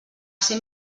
ser